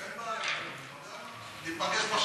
אין בעיה, ניפגש בשטח.